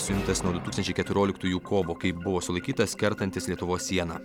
suimtas nuo du tūkstančiai keturioliktųjų kovo kai buvo sulaikytas kertantis lietuvos sieną